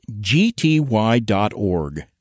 gty.org